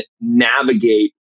navigate